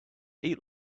eat